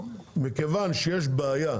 מכיוון שיש בעיה,